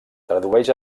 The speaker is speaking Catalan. tradueix